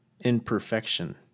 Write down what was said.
imperfection